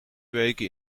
weken